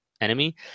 enemy